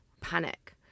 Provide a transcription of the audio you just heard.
panic